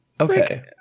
Okay